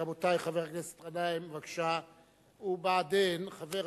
רבותי, חבר הכנסת גנאים, בבקשה, ו"בעדין" חבר